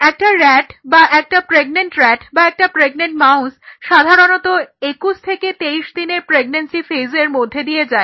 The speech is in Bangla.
একটা rat বা একটা প্রেগন্যান্ট rat বা একটা প্রেগন্যান্ট মাউস সাধারণত 21 থেকে 23 দিনের প্রেগনেন্সি ফেজের মধ্যে দিয়ে যায়